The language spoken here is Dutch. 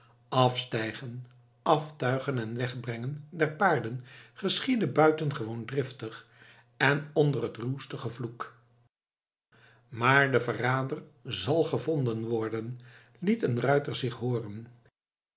afstijgen aftuigen en wegbrengen der paarden geschiedde buitengewoon driftig en onder het ruwste gevloek maar de verrader zal gevonden worden liet een ruiter zich hooren